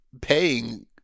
paying